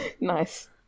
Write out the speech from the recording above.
Nice